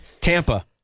Tampa